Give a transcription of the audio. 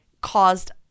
caused